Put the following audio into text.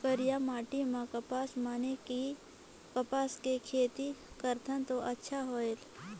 करिया माटी म कपसा माने कि कपास के खेती करथन तो अच्छा होयल?